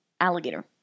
alligator